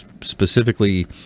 specifically